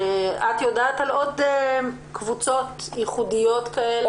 את יודעת על עוד קבוצות ייחודיות כאלה?